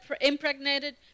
impregnated